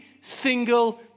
single